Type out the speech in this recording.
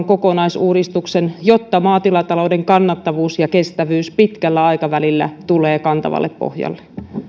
kokonaisuudistuksen jotta maatilatalouden kannattavuus ja kestävyys pitkällä aikavälillä tulee kantavalle pohjalle